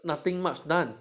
nothing much done